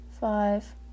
five